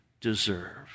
deserve